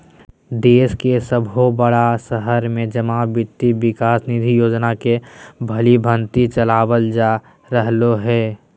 देश के सभे बड़ा शहर में जमा वित्त विकास निधि योजना के भलीभांति चलाबल जा रहले हें